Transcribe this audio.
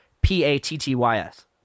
P-A-T-T-Y-S